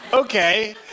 Okay